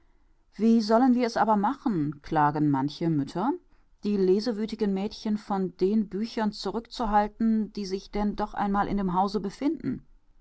wie sollen wir es aber machen klagen manche mütter die lesewüthigen mädchen von den büchern zurückzuhalten die sich denn doch einmal in dem hause befinden